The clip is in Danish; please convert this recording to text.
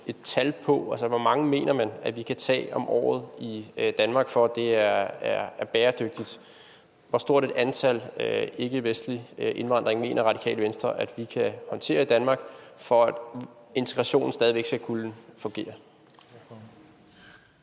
et tal på. Altså, hvor mange mener man, at vi kan tage om året i Danmark, for at det er bæredygtigt? Hvor stort et antal ikkevestlige indvandrere mener Radikale Venstre vi kan håndtere i Danmark, for at integrationen stadig væk skal kunne fungere?